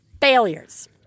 Failures